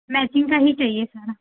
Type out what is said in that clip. making का ही चाहिए सारा